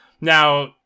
Now